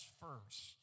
first